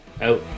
Out